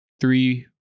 three